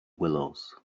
willows